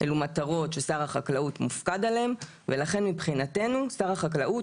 אלו מטרות ששר החקלאות מופקד עליהן ולכן מבחינתנו שר החקלאות